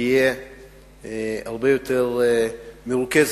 תהיה הרבה יותר מרוכזת,